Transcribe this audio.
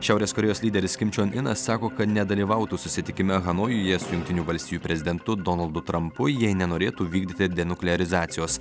šiaurės korėjos lyderis kim čion inas sako kad nedalyvautų susitikime hanojuje su jungtinių valstijų prezidentu donaldu trampu jie nenorėtų vykdyti denuklerizacijos